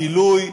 הבילוי,